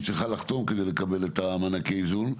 צריכה לחתום כדי לקבל את מענקי האיזון,